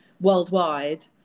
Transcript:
worldwide